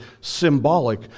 symbolic